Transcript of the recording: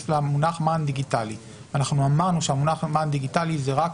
אנחנו נגדיר בחוק שזה יהיה